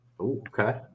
Okay